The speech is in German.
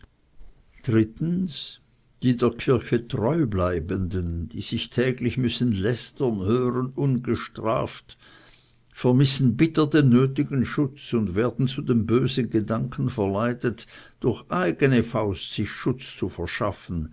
die der kirche treu bleibenden die sich täglich müssen lästern hören ungestraft vermissen bitter den nötigen schutz und werden zu dem bösen gedanken verleitet durch eigene faust sich schutz zu verschaffen